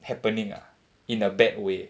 happening ah in a bad way